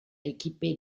équiper